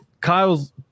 kyle's